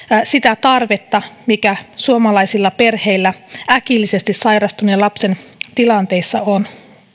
sitä tarvetta mikä suomalaisilla perheillä äkillisesti sairastuneen lapsen tilanteessa on